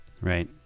right